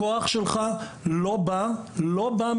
הכוח שלך לא בא מהקבוצה,